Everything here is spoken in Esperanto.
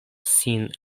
sin